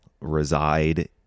reside